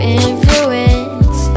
influence